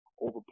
over